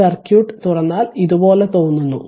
അതിനാൽ സർക്യൂട്ട് തുറന്നാൽ ഇത് പോലെ തോന്നുന്നു